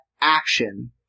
action